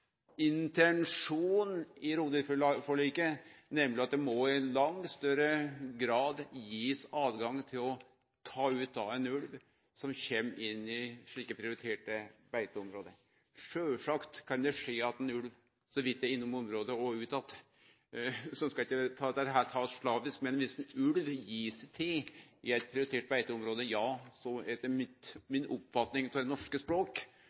intensjonen i rovviltforliket, nemleg at det i langt større grad må gis åtgang til å ta ut ein ulv som kjem inn i slike prioriterte beiteområde. Sjølvsagt kan det skje at ein ulv så vidt er innom området og går ut att, så ein skal ikkje ta dette heilt slavisk, men viss ein ulv gir seg til i eit prioritert beiteområde, utgjer han – etter mi oppfatning av det norske